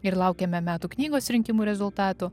ir laukiame metų knygos rinkimų rezultatų